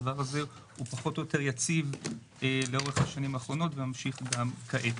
הדבר הזה הוא פחות או יותר יציב לאורך השנים האחרונות וממשיך גם כעת.